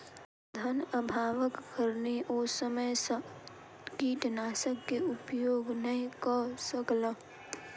धनअभावक कारणेँ ओ समय सॅ कीटनाशक के उपयोग नै कअ सकला